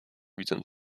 widzę